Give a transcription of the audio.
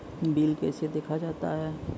Bill कैसे देखा जाता हैं?